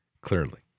clearly